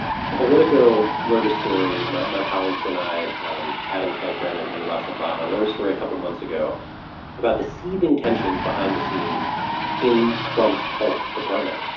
politico wrote a story my my colleagues and i um adam kent grennan and roger brought on, wrote a story a couple of months ago about the seething tensions behind the scenes in trump's health department.